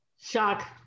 Shock